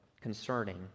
concerning